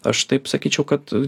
aš taip sakyčiau kad